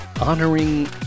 honoring